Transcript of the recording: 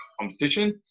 competition